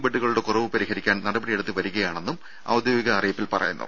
ബെഡ്ഡുകളുടെ കുറവ് പരിഹരിക്കാൻ നടപടിയെടുത്തുവരികയാണെന്നും ഔദ്യോഗിക അറിയിപ്പിൽ പറയുന്നു